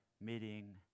meeting